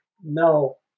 no